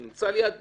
הוא נמצא ליד בתים,